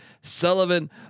Sullivan